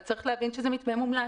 אז צריך להבין שהוא מתווה מומלץ.